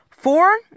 Four